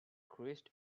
cruised